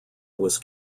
was